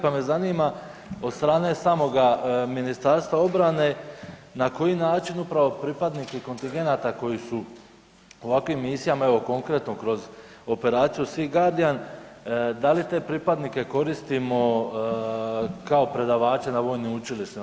Pa me zanima od strane samoga Ministarstva obrane na koji način upravo pripadnike kontingenata koji su u ovakvim misijama, evo konkretno kroz operaciju SEA GUARDIAN, da li te pripadnike koristimo kao predavače na vojnim učilištima?